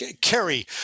Kerry